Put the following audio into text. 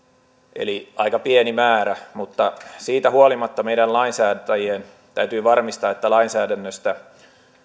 eli aika pieni määrä mutta siitä huolimatta meidän lainsäätäjien täytyy varmistaa että lainsäädännöstä